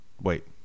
Wait